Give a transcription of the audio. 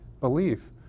belief